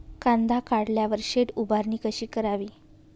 कांदा काढल्यावर शेड उभारणी कशी करावी?